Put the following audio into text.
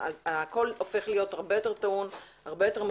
הכול הופך להיות הרבה יותר טעון ומתוח,